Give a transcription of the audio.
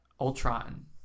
ultron